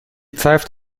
pfeift